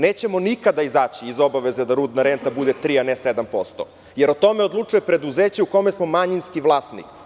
Nećemo nikada izaći iz obaveza da rudna renta bude tri, a ne sedam posto, jer o tome odlučuje preduzeće u kome smo manjinski vlasnik.